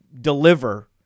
deliver